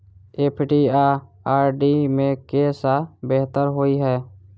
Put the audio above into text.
FD आ RD मे केँ सा बेहतर होइ है?